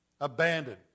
abandoned